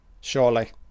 Surely